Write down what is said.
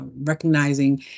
recognizing